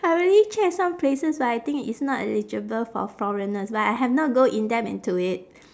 I really check some places but I think it's not eligible for foreigners but I have not go in depth into it